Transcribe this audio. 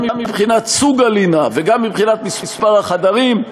גם מבחינת סוג הלינה וגם מבחינת מספר החדרים,